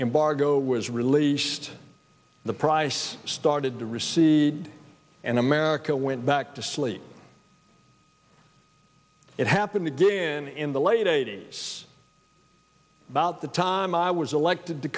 embargo was released the price started to recede and america went back to sleep it happened again in the late eighty's about the time i was elected to